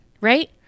right